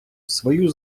свою